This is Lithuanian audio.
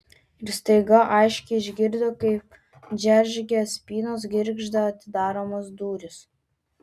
ir staiga aiškiai išgirdo kaip džeržgia spynos girgžda atidaromos durys